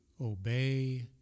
obey